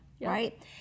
right